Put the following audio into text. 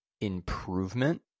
improvement